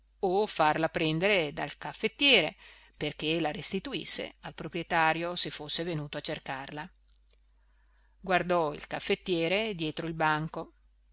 o farla prendere dal caffettiere perché la restituisse al proprietario se fosse venuto a cercarla guardò il caffettiere dietro il banco